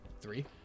three